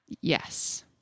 Yes